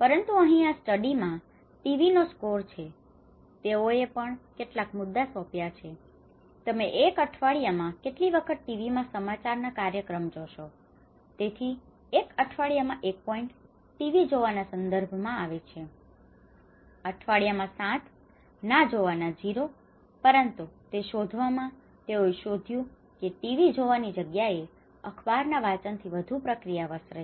પરંતુ અહીં આ સ્ટડી માં ટીવી નો સ્કોર છે તેઓએ પણ કેટલાક મુદ્દાઓ સોંપ્યા છે તમે એક અઠવાડિયા માં કેટલી વખત ટીવી માં સમાચાર ના કાર્યક્રમ જોશો તેથી અઠવાડિયામાં 1 પોઇન્ટ ટીવી જોવાના સંદર્ભ માં આપવામાં આવે છે અઠવાડિયા માં 7 ના જોવાના 0 પરંતુ તે શોધવામાં તેઓએ શોધ્યું કે ટીવી જોવાની જગ્યાએ અખબાર ના વાચન થી વધુ પ્રક્રિયા પ્રસરે છે